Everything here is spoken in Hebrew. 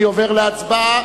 אני עובר להצבעה.